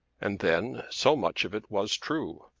and then so much of it was true.